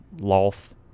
Loth